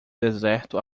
deserto